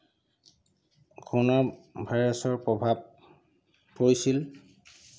corona ভাইৰাছৰ প্ৰভাব পৰিছিল